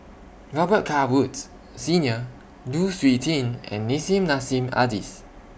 Robet Carr Woods Senior Lu Suitin and Nissim Nassim Adis